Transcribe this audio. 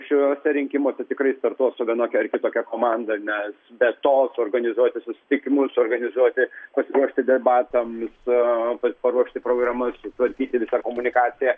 šiuose rinkimuose tikrai startuos su vienokia ar kitokia komanda nes be to suorganizuoti susitikimus suorganizuoti pasiruošti debatams pat paruošti programas sutvarkyti visą komunikaciją